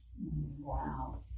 Wow